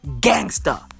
gangster